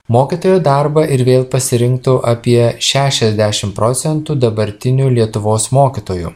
mokytojo darbą ir vėl pasirinktų apie šešiasdešim procentų dabartinių lietuvos mokytojų